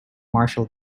marshall